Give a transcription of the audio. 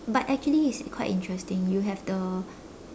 but actually it's quite interesting you have the